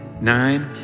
nine